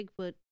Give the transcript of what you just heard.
Bigfoot